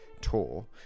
tour